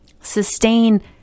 sustain